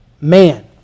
man